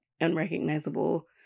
unrecognizable